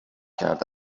کرده